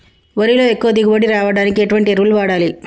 వరిలో ఎక్కువ దిగుబడి రావడానికి ఎటువంటి ఎరువులు వాడాలి?